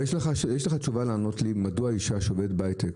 יש לך תשובה לענות לי מדוע אישה שעובדת בהיי-טק,